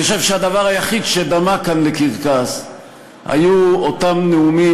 אני חושב שהדבר היחיד שדמה כאן לקרקס היה אותם נאומים